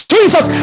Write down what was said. Jesus